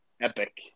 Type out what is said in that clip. Epic